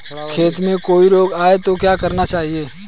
खेत में कोई रोग आये तो क्या करना चाहिए?